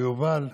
וליובל,